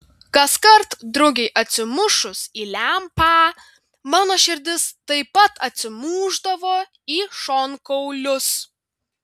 kaskart drugiui atsimušus į lempą mano širdis taip pat atsimušdavo į šonkaulius